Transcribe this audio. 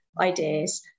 ideas